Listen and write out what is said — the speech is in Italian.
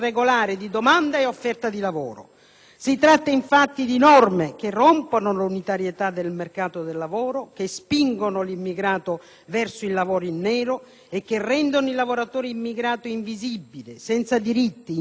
Si tratta, infatti, di norme che rompono l'unitarietà del mercato del lavoro, che spingono l'immigrato verso il lavoro in nero e che rendono il lavoratore immigrato invisibile, senza diritti ed in preda allo sfruttamento più bieco.